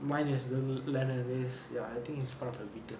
mine is the lennon is ya I think he's part of the beatle